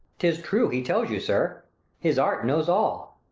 tis true he tells you, sir his art knows all.